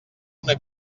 una